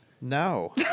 No